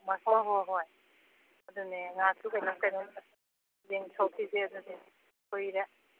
ꯍꯣꯏ ꯍꯣꯏ ꯍꯣꯏ ꯑꯗꯨꯅꯦ ꯉꯥꯏꯍꯥꯛꯁꯨ ꯀꯩꯅꯣꯝ ꯀꯩꯅꯣꯝ ꯌꯦꯡꯊꯣꯀꯈꯤꯁꯦ ꯑꯗꯨꯅꯦ ꯀꯨꯏꯔꯦ